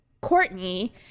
courtney